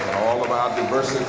all of our diversity,